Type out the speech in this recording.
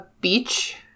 beach